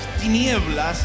tinieblas